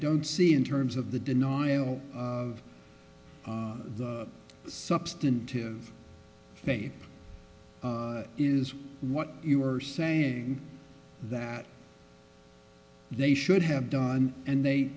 don't see in terms of the denial of the substantive faith is what you are saying that they should have done and they